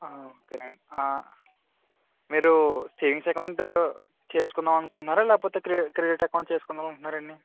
ఓకేనండి ఆ మీరు సేవింగ్స్ అకౌంట్ చేసుకుందాం అనుకుంటున్నారా లేకపోతే క్రెడిట్ అకౌంట్ చేసుకుందాం అనుకుంటున్నారండి